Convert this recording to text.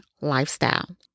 lifestyle